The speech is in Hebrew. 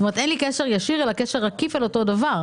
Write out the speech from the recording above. כלומר, אין לי קשר ישיר אלא קשר עקיף אל אותו דבר.